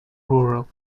rural